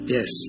Yes